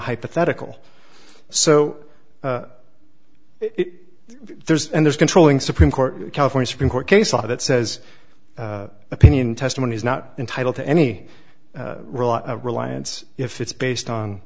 hypothetical so it there's and there's controlling supreme court california supreme court case law that says opinion testimony is not entitled to any reliance if it's based on